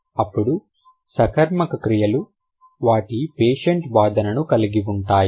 అప్పుడు సకర్మక క్రియలు వాటి పేషెంట్ వాదనను కలిగి ఉంటాయి